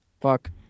Fuck